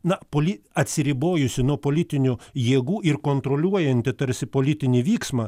na poli atsiribojusi nuo politinių jėgų ir kontroliuojanti tarsi politinį vyksmą